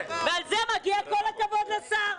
על זה מגיע כל הכבוד לשר.